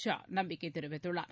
ஷா நம்பிக்கை தெரிவித்துள்ளார்